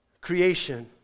creation